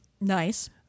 Nice